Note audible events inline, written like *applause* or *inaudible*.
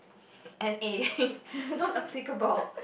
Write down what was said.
N_A *laughs* not applicable